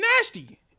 nasty